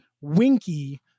winky